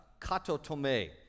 Katotome